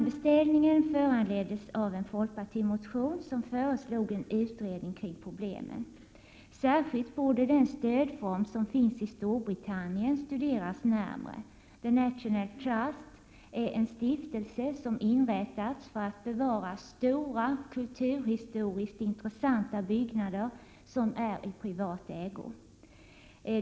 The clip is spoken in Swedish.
Beställningen föranleddes av en folkpartimotion, vari föreslogs en utredning kring problemen. Särskilt borde den stödform som finns i Storbritannien studeras närmare. The National Trust är en stiftelse som inrättats för att bevara stora, kulturhistoriskt intressanta byggnader, som är i privat ägo.